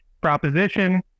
proposition